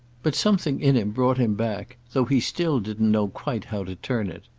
but something in him brought him back, though he still didn't know quite how to turn it.